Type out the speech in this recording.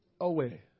away